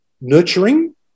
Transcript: nurturing